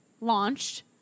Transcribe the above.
launched